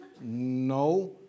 No